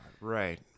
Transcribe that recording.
right